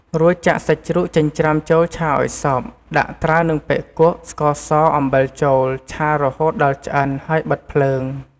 រួចចាក់សាច់ជ្រូកចិញ្ច្រាំចូលឆាឱ្យសព្វ ដាក់ត្រាវនិងបុិកួៈ ស្ករស អំបិលចូលឆារហូតដល់ឆ្អិន ហើយបិទភ្លើង។